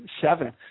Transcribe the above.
seven